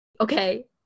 Okay